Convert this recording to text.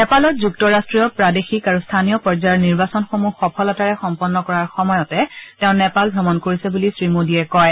নেপালত যুক্তৰাষ্ট্ৰীয় প্ৰাদেশিক আৰু স্থানীয় পৰ্যায়ৰ নিৰ্বাচনসমূহ সফলতাৰে সম্পন্ন কৰাৰ সময়তে তেওঁ নেপাল ভ্ৰমণ কৰিছে বুলি শ্ৰীমোডীয়ে কয়